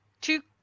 two